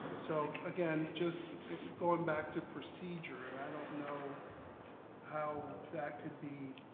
so again, just going back to procedure, and i don't know how that could be,